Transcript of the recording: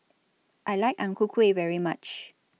I like Ang Ku Kueh very much